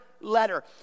letter